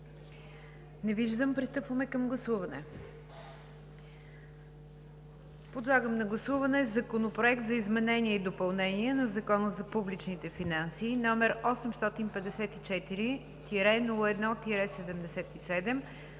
Не виждам. Преминаваме към гласуване. Подлагам на гласуване Законопроект за изменение и допълнение на Закона за публичните финанси, № 854-01-77,